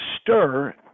stir